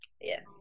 Yes